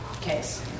case